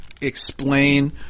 explain